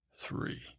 three